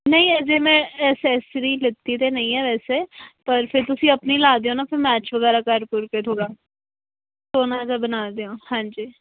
ਨਹੀਂ ਅਜੇ ਮੈਂ ਅਸੈਸਰੀ ਲਿੱਤੀ ਤਾਂ ਨਹੀਂ ਹੈ ਵੈਸੇ ਪਰ ਫਿਰ ਤੁਸੀਂ ਆਪਣੀ ਲਗਾ ਦਿਓ ਨਾ ਫਿਰ ਮੈਚ ਵਗੈਰਾ ਕਰ ਕੁਰ ਕੇ ਥੋੜ੍ਹਾ ਸੋਹਣਾ ਜਿਹਾ ਬਣਾ ਦਿਓ ਹਾਂਜੀ